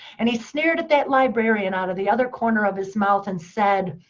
and he sneered at that librarian out of the other corner of his mouth, and said